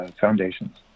foundations